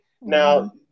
Now